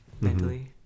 mentally